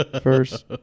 first